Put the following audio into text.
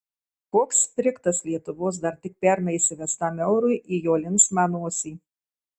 koks sprigtas lietuvos dar tik pernai įsivestam eurui į jo linksmą nosį